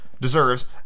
deserves